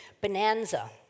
Bonanza